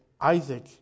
Isaac